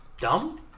dumb